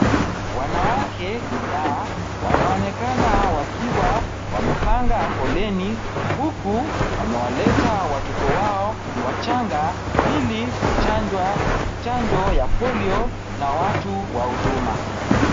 Wanawake kadhaa wanaonekana wakiwa wamepanga foleni, huku wamewaleta watoto wao wachanga ili kuchanjwa chanjo ya polio na watu wa huduma.